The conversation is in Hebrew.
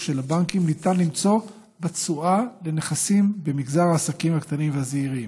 של הבנקים אפשר למצוא בתשואה מנכסים במגזר העסקים הקטנים והזעירים.